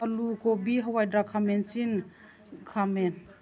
ꯑꯥꯜꯂꯨ ꯀꯣꯕꯤ ꯍꯋꯥꯏ ꯊꯔꯥꯛ ꯈꯥꯃꯦꯟ ꯑꯁꯤꯟ ꯈꯥꯃꯦꯟ